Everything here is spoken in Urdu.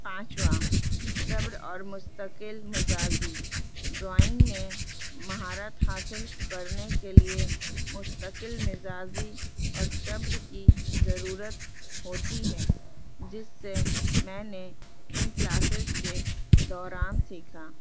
پانچواں صبر اور مستقل مزاازی ڈرائنگ میں مہارت حاصل کرنے کے لیے مستقل مزازی اور صبر کی ضرورت ہوتی ہے جس سے میں نے ان کلاسیز کے دوران سیکھا